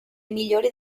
migliori